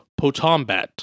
Potombat